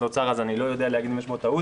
האוצר אז אני לא יודע להגיד אם יש טעות.